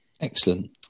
Excellent